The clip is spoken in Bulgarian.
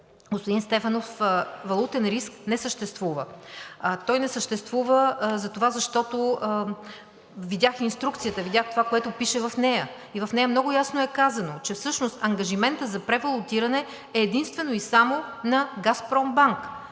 Господин Стефанов, валутен риск не съществува. Той не съществува затова, защото видях инструкцията, видях това, което пише в нея. В нея много ясно е казано, че всъщност ангажиментът за превалутиране е единствено и само на „Газпромбанк“.